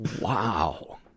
Wow